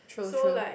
true true